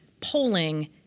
polling